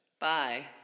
bye